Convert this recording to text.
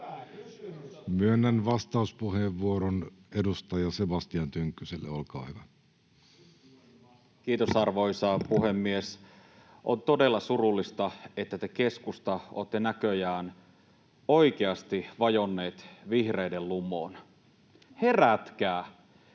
Myönnän vastauspuheenvuoron edustaja Sebastian Tynkkyselle. — Olkaa hyvä. Kiitos, arvoisa puhemies! On todella surullista, että te, keskusta, olette näköjään oikeasti vajonneet vihreiden lumoon. Herätkää!